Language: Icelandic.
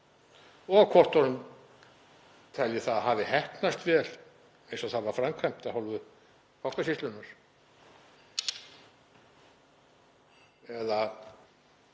og hvort hann telji að það hafi heppnast vel eins og það var framkvæmt af hálfu Bankasýslunnar.